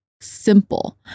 simple